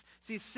See